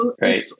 Right